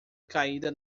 caída